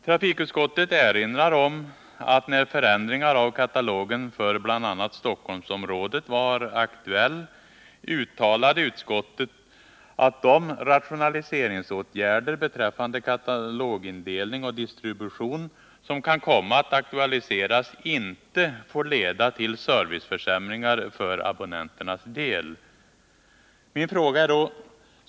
Trafikutskottet erinrar om att när förändringar av katalogen för bl.a. Stockholmsområdet var aktuella uttalade utskottet att de rationaliseringsåtgärder beträffande katalogindelning och distribution som kan komma att aktualiseras inte får leda till serviceförsämringar för abonnenternas del.